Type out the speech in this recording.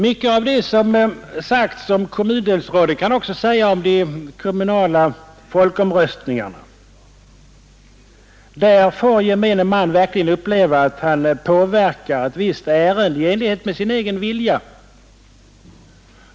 Mycket av det som sagts om kommundelsråden kan också sägas om de kommunala folkomröstningarna. Där får gemene man verkligen uppleva att han påverkar ett visst ärende i enlighet med sin egen vilja.